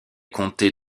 comtés